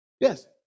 Yes